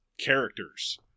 characters